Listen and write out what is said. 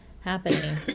happening